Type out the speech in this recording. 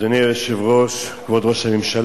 אדוני היושב-ראש, כבוד ראש הממשלה,